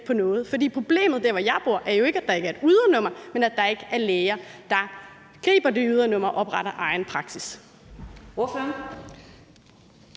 på noget. For problemet der, hvor jeg bor, er jo ikke, at der ikke er et ydernummer, men at der ikke er læger, der griber det ydernummer og opretter egen praksis.